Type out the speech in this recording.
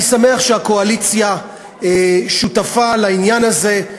אני שמח שהקואליציה שותפה לעניין הזה,